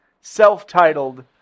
self-titled